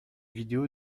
vidéo